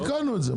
תיקנו את זה.